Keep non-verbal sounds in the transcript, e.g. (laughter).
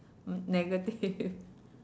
negative (laughs)